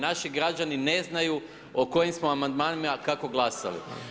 Naši građani ne znaju o kojim smo amandman kako glasali.